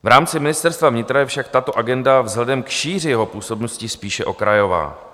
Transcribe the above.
V rámci Ministerstva vnitra je však tato agenda vzhledem k šíři jeho působnosti spíše okrajová.